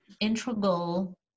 integral